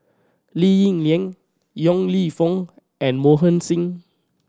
Lee Ling Yen Yong Lew Foong and Mohan Singh